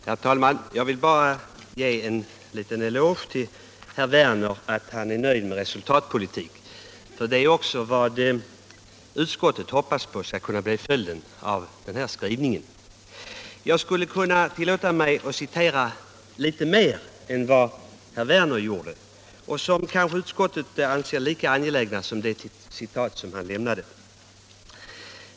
Herr talman! Jag vill ge en liten eloge till herr Werner i Malmö därför att han är nöjd med resultatpolitiken — och det är också vad utskottet hoppas på skall kunna bli följden av den här skrivningen. Jag skulle kunna tillåta mig att citera litet mer ur betänkandet än vad herr Werner gjorde och som utskottet kanske anser lika angeläget som det citat han lämnade.